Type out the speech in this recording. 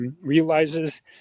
realizes